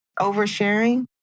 oversharing